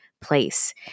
place